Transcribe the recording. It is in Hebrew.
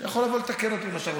אתה יכול לבוא לתקן אותי אם אתה רוצה.